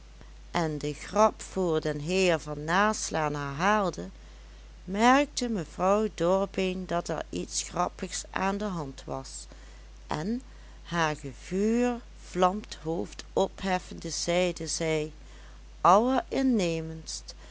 en de grap voor den heer van naslaan herhaalde merkte mevrouw dorbeen dat er iets grappigs aan de hand was en haar gevuurvlamd hoofd opheffende zeide zij allerinnemendst